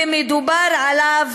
ומדובר עליו